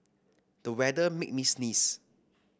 the weather made me sneeze